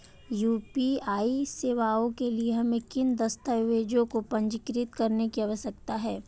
UPI सेवाओं के लिए हमें किन दस्तावेज़ों को पंजीकृत करने की आवश्यकता है?